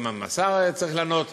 אם השר היה צריך לענות,